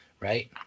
right